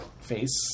Face